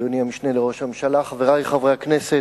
אדוני המשנה לראש הממשלה, חברי חברי הכנסת,